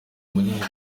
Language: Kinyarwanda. munini